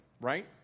right